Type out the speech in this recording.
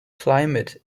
climate